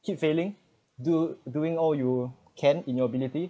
keep failing do doing all you can in your ability